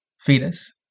fetus